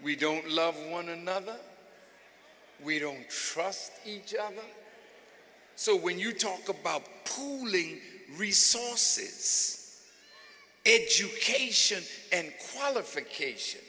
we don't love one another we don't trust each other so when you talk about pooling resources education and qualification